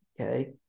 Okay